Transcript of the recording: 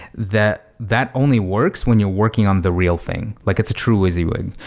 that that only works when you're working on the real thing. like it's a true wysiwyg.